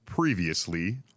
Previously